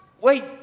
Wait